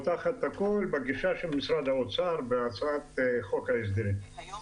--- בגישה של משרד האוצר בהצעת חוק ההסדרים.